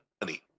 money